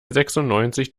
sechsundneunzig